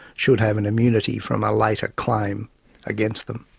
should have an immunity from a later claim against them.